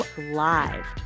live